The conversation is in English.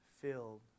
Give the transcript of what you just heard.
filled